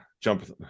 jump